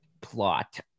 plot